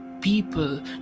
people